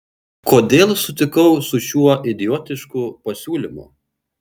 kodėl sutikau su šiuo idiotišku pasiūlymu